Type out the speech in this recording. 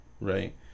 right